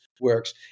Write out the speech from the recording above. works